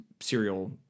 serial